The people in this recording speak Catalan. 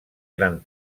gran